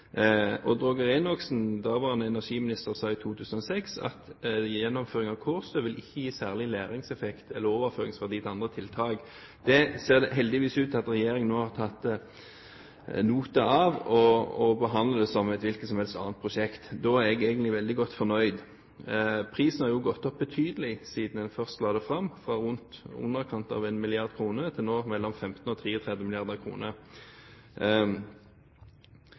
energiminister – sa i 2006 at gjennomføring av Kårstø ikke vil gi særlig læringseffekt eller overføringsverdi til andre tiltak. Det ser det heldigvis ut til at regjeringen nå har tatt ad notam, og behandler det som et hvilket som helst annet prosjekt. Da er jeg egentlig veldig godt fornøyd. Prisen har jo gått opp betydelig siden en først la det fram, fra i underkant av 1 mrd. kr til nå mellom 15 og